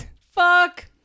Fuck